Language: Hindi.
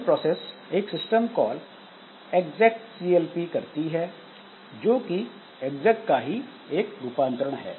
चाइल्ड प्रोसेस एक सिस्टम कॉल execlp करती है जो कि exec का ही एक रूपांतरण है